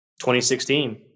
2016